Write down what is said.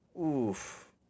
Oof